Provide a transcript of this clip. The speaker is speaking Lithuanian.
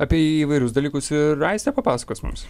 apie įvairius dalykus ir aistė papasakos mums